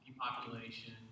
population